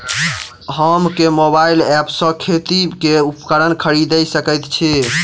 हम केँ mobile app सँ खेती केँ उपकरण खरीदै सकैत छी?